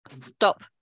stop